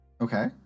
Okay